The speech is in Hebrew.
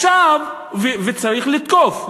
וצריך לתקוף.